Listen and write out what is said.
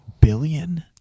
billion